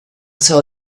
tell